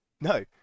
no